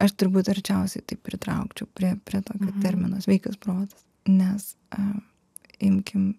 aš turbūt arčiausiai tai pritraukčiau prie prie to termino sveikas protas nes a imkim